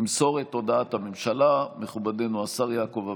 ימסור את הודעת הממשלה מכובדנו השר יעקב אביטן.